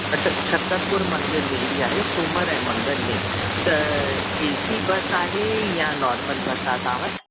अच्छा छतरपुर मंदरु वेंदी आहे सूमर ऐं मंगल ॾींहं त ए सी बस आहे या नॉर्मल बस आहे तव्हां वटि